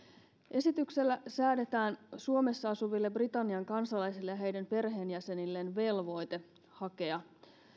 esityksellä säädetään suomessa asuville britannian kansalaisille ja heidän perheenjäsenilleen velvoite hakea